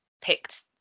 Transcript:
picked